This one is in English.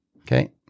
Okay